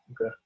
Okay